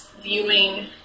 viewing